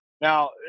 Now